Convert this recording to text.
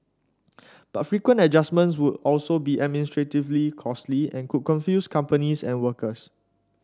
but frequent adjustments would also be administratively costly and could confuse companies and workers